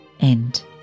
end